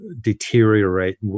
deteriorate